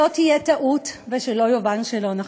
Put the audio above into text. שלא תהיה טעות ושלא יובן לא נכון: